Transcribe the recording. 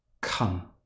come